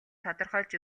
тодорхойлж